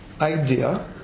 idea